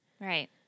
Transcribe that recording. Right